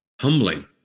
Humbling